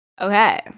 okay